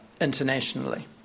internationally